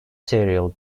cereal